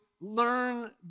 learn